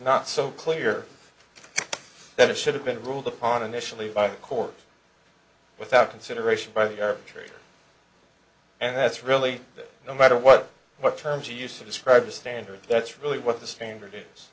not so clear that it should have been ruled upon initially by the court without consideration by the arbitrator and that's really no matter what what terms you use to describe a standard that's really what the standard